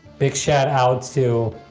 big shout-out to.